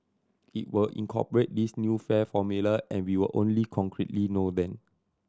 it will incorporate this new fare formula and we will only concretely know then